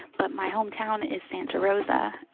but my hometown is santa rosa.